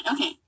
Okay